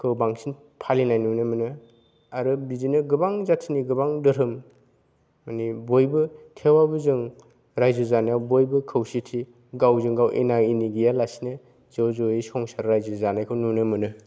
खौ बांसिन फालिनाय नुनो मोनो आरो बिदिनो गोबां जाथिनि गोबां धोरोम माने बयबो थेवबाबो जों रायजो जानायाव बयबो खौसेथि गावजों गाव एना एनि गैयालासेनो ज' ज'यै संसार रायजो जानायखौ नुनो मोनो